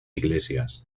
iglesias